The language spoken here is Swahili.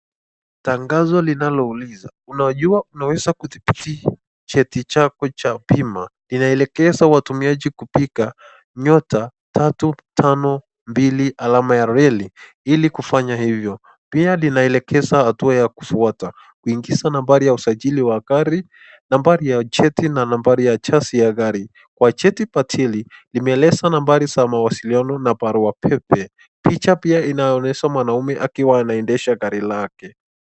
Tangazi linalouliza unajua inaweza kuthibithi cheti chako cha bima inaelekeza watumiaji kupika *352# Ili kufanya hivyo, pia linaelekeza hatua ya kufuata kuingiza nambari ya usajili ya gari, nambari ya cheti na nambari ya gari kwa cheti imeeleza nambari ya mawasiliano na barua pepe, picha pia inaonyesha mwanaume akiwa anaendesha gari lake.